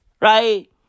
Right